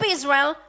Israel